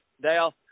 Dale